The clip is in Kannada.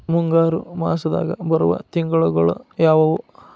ಮುಂಗಾರು ಮಾಸದಾಗ ಬರುವ ತಿಂಗಳುಗಳ ಯಾವವು?